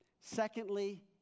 secondly